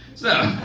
so.